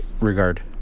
regard